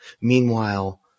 Meanwhile